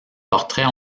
portraits